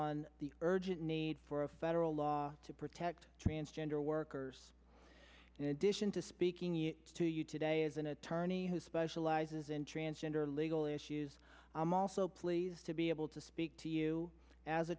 on the urgent need for a federal law to protect transgender workers in addition to speaking you to you today as an attorney who specializes in transgender legal issues i'm also pleased to be able to speak to you as a